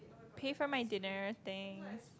pay for my dinner thanks